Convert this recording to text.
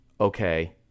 okay